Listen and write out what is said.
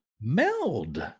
Meld